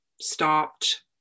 stopped